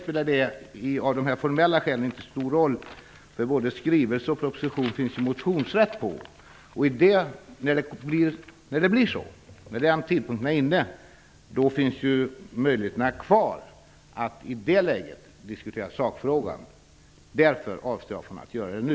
Jag trodde att detta skulle ske i form av en skrivelse. I och för sig spelar det inte så stor. Det finns motionsrätt till både skrivelse och proposition. När den tidpunkten är inne finns möjligheterna kvar att i det läget diskutera sakfrågan. Därför avstår jag från att göra det nu.